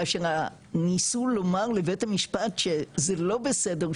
כאשר ניסו לומר לבית המשפט שזה לא בסדר,